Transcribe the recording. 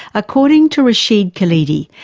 according to rashid khalidi,